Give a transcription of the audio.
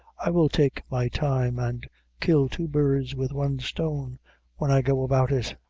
i will take my time and kill two birds with one stone when i go about it,